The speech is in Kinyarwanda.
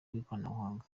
bw’ikoranabuhanga